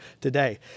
today